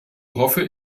hoffe